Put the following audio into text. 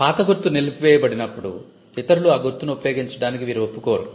పాత గుర్తు నిలిపివేయబడినప్పుడు ఇతరులు ఆ గుర్తును ఉపయోగించటానికి వీరు ఒప్పుకోరు